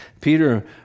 Peter